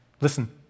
Listen